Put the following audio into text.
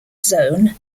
zone